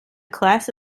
class